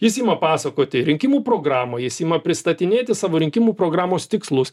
jis ima pasakoti rinkimų programą jis ima pristatinėti savo rinkimų programos tikslus